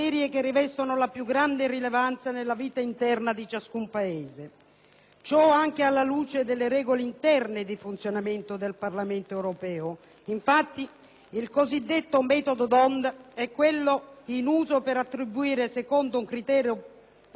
Ciò anche alla luce delle regole interne di funzionamento del Parlamento europeo: infatti, il cosiddetto metodo d'Hondt è quello in uso per attribuire secondo un criterio proporzionale le cariche ai Gruppi ed alle Delegazioni nazionali.